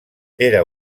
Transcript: era